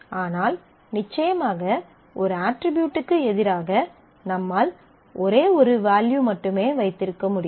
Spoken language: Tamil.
ஆனால் நிச்சயமாக ஒரு அட்ரிபியூட்க்கு எதிராக நம்மால் ஒரே ஒரு வேல்யூ மட்டுமே வைத்திருக்க முடியும்